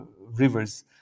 rivers